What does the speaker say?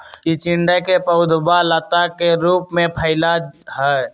चिचिंडा के पौधवा लता के रूप में फैला हई